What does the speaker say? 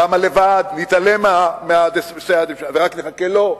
כמה לבד, נתעלם מסייעתא דשמיא ורק נחכה לו.